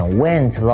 went